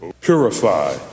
purify